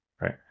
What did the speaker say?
Right